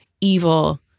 evil